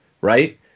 right